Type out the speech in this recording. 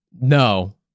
No